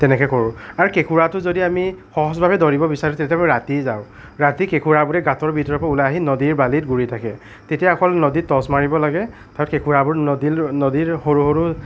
তেনেকৈ কৰোঁ আৰু কেকুৰাটো যদি আমি সহজভাৱে ধৰিব বিছাৰোঁ তেতিয়া আমি ৰাতি যাওঁ ৰাতি কেঁকোৰাবোৰে গাঁতৰ ভিতৰৰ পৰা ওলাই আহি নদীৰ বালিত ঘূৰি থাকে তেতিয়া অকল নদীত টৰ্ছ মাৰিব লাগে আৰু কেঁকোৰাবোৰ নদীৰ সৰু সৰু